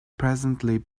presently